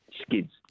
skids